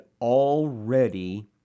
already